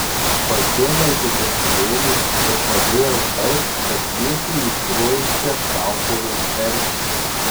pasiėmiau žibintuvėlį ir padėjau taip kad šviestų į žiojinčią kaukolės ertmę